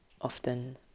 often